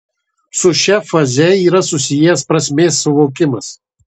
su šia faze yra susijęs prasmės suvokimas